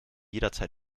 jederzeit